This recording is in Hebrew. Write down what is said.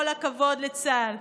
כל הכבוד לצה"ל.